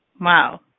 Wow